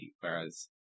Whereas